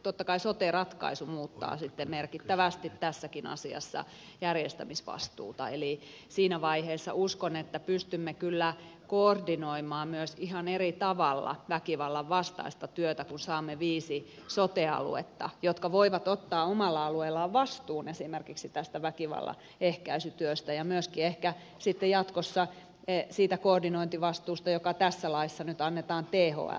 totta kai sote ratkaisu muuttaa sitten merkittävästi tässäkin asiassa järjestämisvastuuta eli siinä vaiheessa uskon että pystymme kyllä koordinoimaan myös ihan eri tavalla väkivallan vastaista työtä kun saamme viisi sote aluetta jotka voivat ottaa omalla alueellaan vastuun esimerkiksi tästä väkivallan ehkäisytyöstä ja myöskin ehkä sitten jatkossa siitä koordi nointivastuusta joka tässä laissa nyt annetaan thllle